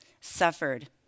suffered